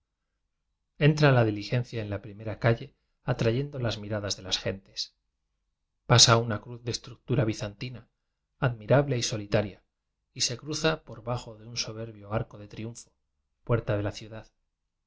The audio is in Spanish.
eníra la diligencia en la primera calle atrayendo las miradas de las gentes pasa una cruz de estructura bizantina admira ble y solitaria y se cruza por bajo de un so berbio arco de triunfo puerta de la ciudad